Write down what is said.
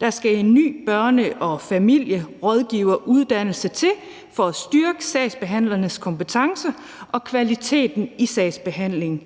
Der skal en ny børne- og familierådgiveruddannelse til for at styrke sagsbehandlernes kompetence og kvaliteten i sagsbehandlingen.